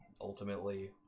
ultimately